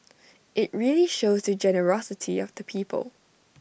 IT really shows the generosity of the people